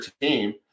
team